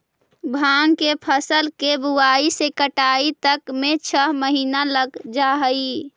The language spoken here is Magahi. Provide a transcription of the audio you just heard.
भाँग के फसल के बुआई से कटाई तक में छः महीना लग जा हइ